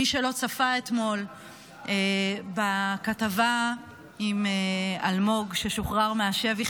מי שלא צפה אתמול בכתבה עם אלמוג ששוחרר מהשבי,